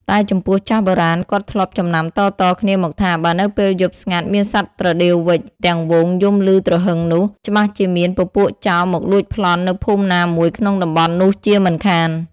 តែចំពោះចាស់បុរាណគាត់ធ្លាប់ចំណាំតៗគ្នាមកថា បើនៅពេលយប់ស្ងាត់មានសត្វត្រដេវវ៉ិចទាំងហ្វូងយំឮទ្រហឹងនោះ ច្បាស់ជាមានពពួកចោរមកលួចប្លន់នៅភូមិណាមួយក្នុងតំបន់នោះជាមិនខាន។